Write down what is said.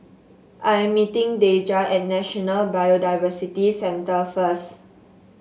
I am meeting Deja at National Biodiversity Centre first